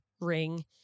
ring